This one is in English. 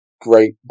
great